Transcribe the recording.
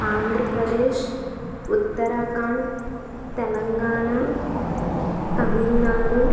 Andhra Pradesh Uttarakhand Telangana Tamil Nadu